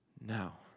now